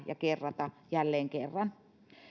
ja kerrata jälleen kerran